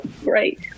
great